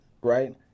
right